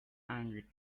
angry